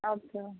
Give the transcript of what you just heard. अच्छा